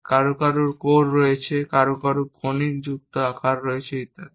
কারও কারও কোর রয়েছে কারও কারও কনিক যুক্ত আকার রয়েছে ইত্যাদি